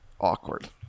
awkward